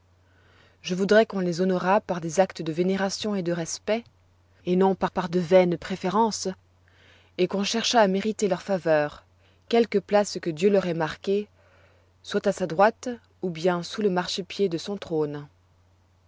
je voudrois qu'on les honorât par des actes de vénération et de respect et non pas par de vaines préférences et qu'on cherchât à mériter leur faveur quelque place que dieu leur ait marquée soit à sa droite ou bien sous le marchepied de son trône